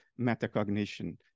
metacognition